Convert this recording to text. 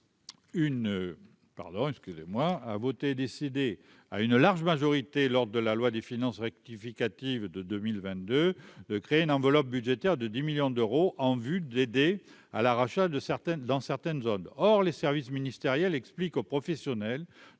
une large majorité, lors de la loi des finances rectificative de 2022, de créer une enveloppe budgétaire de 10 millions d'euros en vue d'aider à la rachat de certaines dans certaines zones, or les services ministériels explique aux professionnels